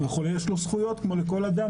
החולה יש לו זכויות כמו לכול אדם,